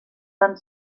van